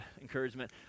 encouragement